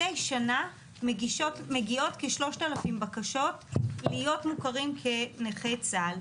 מדי שנה מגיעות כ-3,000 בקשות להיות מוכרים כנכי צה"ל,